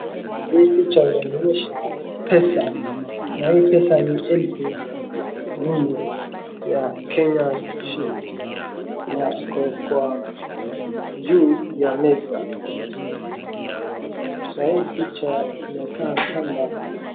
Hii picha inaonyesha pesa na hii pesa ni elfu nne ya Kenyan shilling na hii pesa iko juu ya meza na hii picha inakaa kama